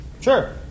Sure